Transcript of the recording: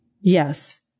Yes